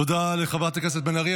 תודה לחברת הכנסת בן ארי.